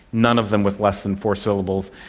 none of them with less than four syllables.